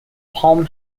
palm